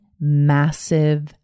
massive